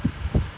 people out there